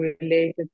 related